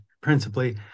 principally